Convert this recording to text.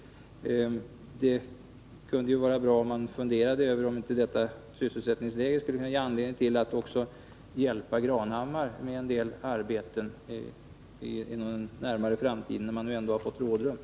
Det skulle alltså vara bra om man funderade över om inte sysselsättningsläget skulle kunna ge anledning till att en del renoveringsarbeten gjordes på Granhammars slott inom den närmaste framtiden, när man nu har fått ett rådrum.